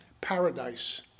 paradise